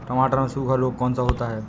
टमाटर में सूखा रोग कौन सा होता है?